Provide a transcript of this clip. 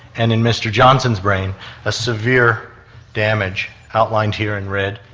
and in mr johnson's brain a severe damage outlined here in red.